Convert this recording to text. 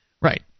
Right